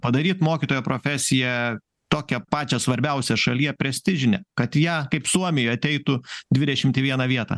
padaryt mokytojo profesiją tokią pačią svarbiausią šalyje prestižinę kad į ją kaip suomijoj ateitų dvidešimt į vieną vietą